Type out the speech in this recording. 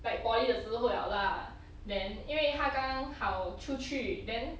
back poly 的时候了 lah then 因为他刚刚好出去 then